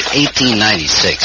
1896